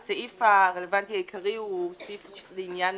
והסעיף הרלוונטי העיקרי הוא סעיף לעניין